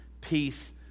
peace